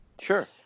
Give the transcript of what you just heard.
Sure